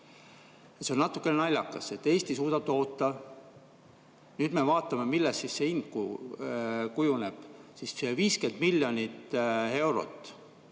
See on natuke naljakas. Eesti suudab toota. Nüüd me vaatame, millest see hind kujuneb. 50 miljonit eurot